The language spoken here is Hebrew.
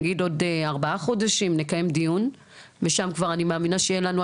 נגיד עוד ארבעה חודשים נקיים דיון ושם כבר אני מאמינה שיהיה לנו.